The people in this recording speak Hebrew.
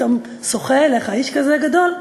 ופתאום שוחה אליך איש כזה גדול.